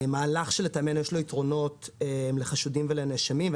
מהלך שלטעמנו יש לו יתרונות לחשודים ולנאשמים,